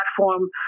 platform